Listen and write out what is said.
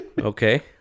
Okay